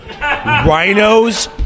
rhinos